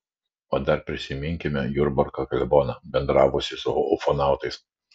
o dar prisiminkime jurbarko kleboną bendravusį su ufonautais